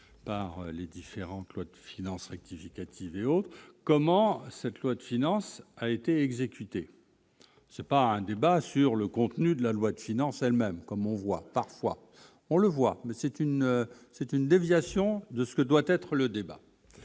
par les différentes lois de finances rectificatives et autres comment cette loi de finances, a été exécuté, c'est pas un débat sur le contenu de la loi de finances elle-même comme on voit parfois, on le voit, mais c'est une c'est une déviation de ce que doit être le débat